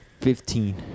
Fifteen